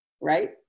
Right